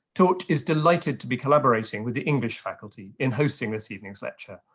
torch is delighted to be collaborating with the english faculty in hosting this evening's lecture.